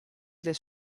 del